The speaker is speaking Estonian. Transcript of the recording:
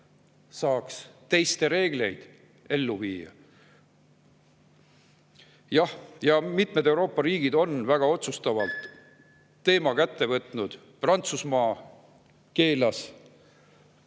saaks teiste reegleid ellu viia. Jah, mitmed Euroopa riigid on väga otsustavalt võtnud teema kätte. Prantsusmaa keelas